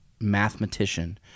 mathematician